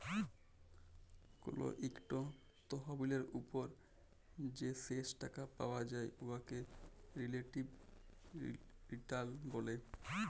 call ইকট তহবিলের উপর যে শেষ টাকা পাউয়া যায় উয়াকে রিলেটিভ রিটার্ল ব্যলে